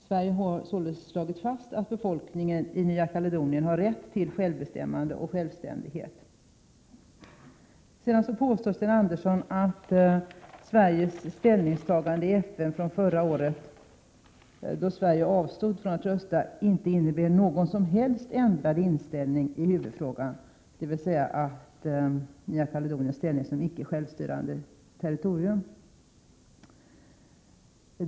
Sverige har således slagit fast att befolkningen i Nya Kaledonien har rätt till självbestämmande och självständighet. Sedan påstår Sten Andersson att Sveriges ställningstagande i FN förra året — då Sverige avstod från att rösta — inte innebär någon som helst ändrad inställning i huvudfrågan, dvs. Nya Kaledoniens ställning som icke-självstyrande territorium.